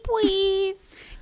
please